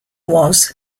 was